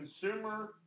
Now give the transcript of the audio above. consumer